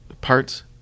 Parts